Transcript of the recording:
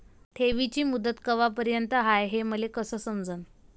ठेवीची मुदत कवापर्यंत हाय हे मले कस समजन?